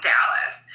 Dallas